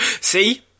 See